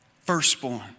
firstborn